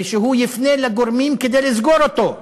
ושהוא יפנה לגורמים כדי לסגור אותו.